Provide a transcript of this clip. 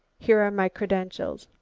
here are my credentials.